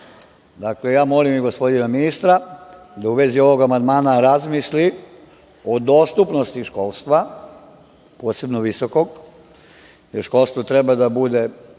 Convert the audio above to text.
selu. Dakle, ja molim i gospodina ministra da u vezi ovog amandmana razmisli o dostupnosti školstva, posebno visokog, jer sistem treba da bude